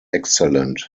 excellent